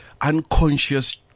unconscious